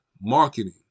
marketing